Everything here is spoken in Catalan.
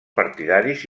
partidaris